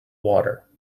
water